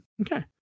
Okay